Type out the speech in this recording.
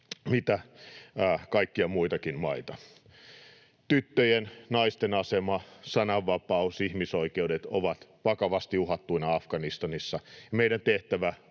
mitkä kaikkia muitakin maita. Tyttöjen ja naisten asema, sananvapaus ja ihmisoikeudet ovat vakavasti uhattuina Afganistanissa, ja meidän,